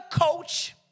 coach